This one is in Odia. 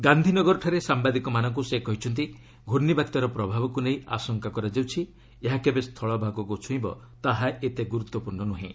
ଗାନ୍ଧିନଗରଠାରେ ସାମ୍ବାଦିକମାନଙ୍କୁ ସେ କହିଛନ୍ତି ଘୂର୍ଣ୍ଣି ବାତ୍ୟାର ପ୍ରଭାବକୁ ନେଇ ଆଶଙ୍କା କରାଯାଉଛି ଏହା କେବେ ସ୍ଥଳଭାଗକୁ ଛୁଇଁବ ତାହା ଏତେ ଗୁରୁତ୍ୱପୂର୍ଣ୍ଣ ନୁହେଁ